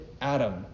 Adam